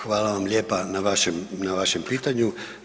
Hvala vam lijepa na vašem pitanju.